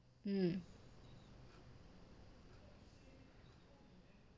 mm